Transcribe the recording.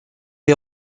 est